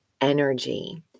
energy